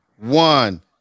one